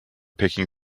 picking